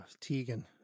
Tegan